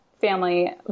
family